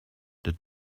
that